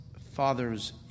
father's